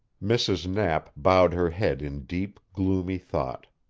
mrs. knapp bowed her head in deep, gloomy thought.